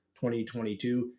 2022